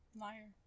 Liar